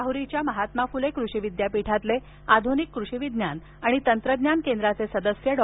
राह्रीच्या महात्मा फुले कृषी विद्यापीठातले आधुनिक कृषी विज्ञान आणि तंत्रज्ञान केंद्राचे सदस्य डॉ